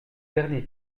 dernier